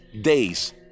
days